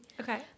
Okay